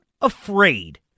afraid